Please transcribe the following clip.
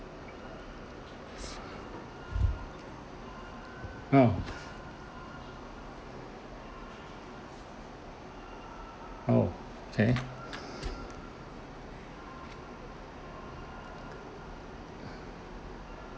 ugh oh okay